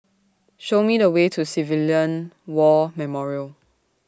Show Me The Way to Civilian War Memorial